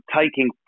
taking